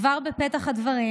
כבר בפתח הדברים,